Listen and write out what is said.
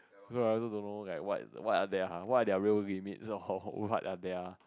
so I don't know like what what are their what are their real limit so what are their